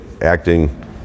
acting